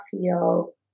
feel